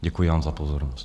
Děkuji za pozornost.